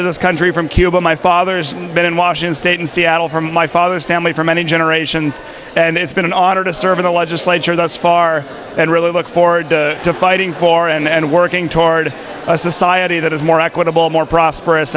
to this country from cuba my father's been in washington state in seattle from my father's family for many generations and it's been an honor to serve in the legislature thus far and really look forward to fighting for and working toward a society that is more equitable more prosperous